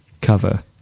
cover